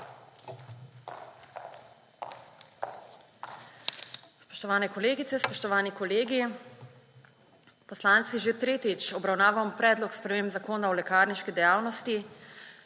Spoštovane kolegice, spoštovani kolegi! Poslanci že tretjič obravnavamo predlog sprememb Zakona o lekarniški dejavnosti